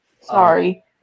sorry